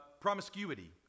promiscuity